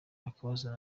akabazo